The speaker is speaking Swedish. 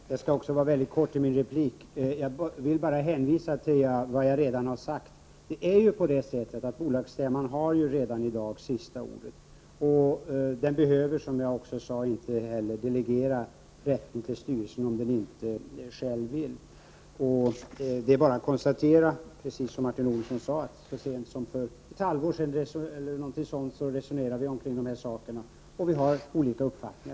Herr talman! Jag skall också fatta mig kort i min replik. Jag vill bara hänvisa till vad jag redan har sagt. Bolagsstämman har ju redan i dag sista ordet. Den behöver inte heller delegera rätten till styrelsen, om den inte själv vill. Det är bara att konstatera att vi så sent som för ett halvår sedan resonerade kring de här frågorna. Vi har helt enkelt olika uppfattningar.